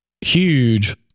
huge